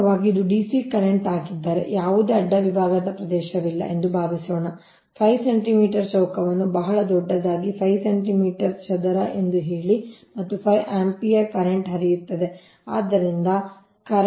ವಾಸ್ತವವಾಗಿ ಇದು dc current ಆಗಿದ್ದರೆ ಯಾವುದೇ ಅಡ್ಡ ವಿಭಾಗದ ಪ್ರದೇಶವಿಲ್ಲ ಎಂದು ಭಾವಿಸೋಣ 5 ಸೆಂಟಿಮೀಟರ್ ಚೌಕವನ್ನು ಬಹಳ ದೊಡ್ಡದಾಗಿ 5 ಸೆಂಟಿಮೀಟರ್ ಚದರ ಎಂದು ಹೇಳಿ ಮತ್ತು 5 ಆಂಪಿಯರ್ ಕರೆಂಟ್ ಹರಿಯುತ್ತಿದೆ